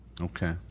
Okay